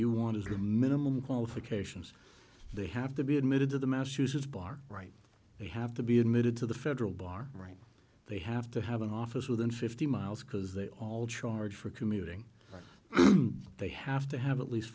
you want as a minimum qualifications they have to be admitted to the massachusetts bar right they have to be admitted to the federal bar right they have to have an office within fifty miles because they all charge for commuting they have to have at least